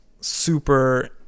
super